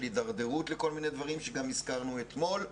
הידרדרות לכל מיני דברים שגם הזכרנו אתמול.